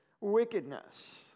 wickedness